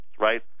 right